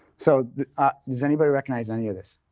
so does anybody recognize any of this?